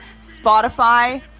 spotify